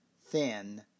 thin